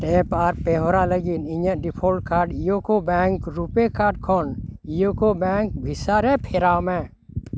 tap ᱟᱨ pay ᱦᱚᱨᱟ ᱞᱟᱹᱜᱤᱫ ᱤᱧᱟᱹᱜ default card UCO bank RuPay card ᱠᱷᱚᱱ ᱤᱭᱳᱠᱳ ᱵᱮᱝᱠ ᱵᱷᱤᱥᱟ ᱨᱮ ᱯᱷᱮᱨᱟᱣ ᱢᱮ